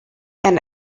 and